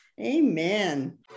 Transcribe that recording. Amen